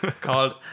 Called